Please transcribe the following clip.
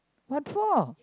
what for